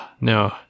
no